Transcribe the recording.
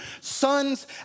sons